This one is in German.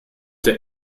der